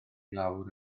lawr